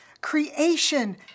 creation